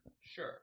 sure